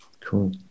Cool